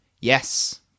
Yes